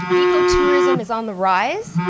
ecotourism is on the rise,